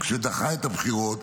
שדחה את הבחירות,